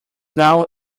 now